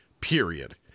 period